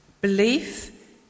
Belief